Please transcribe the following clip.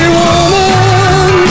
woman